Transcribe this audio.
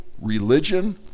religion